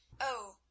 Oh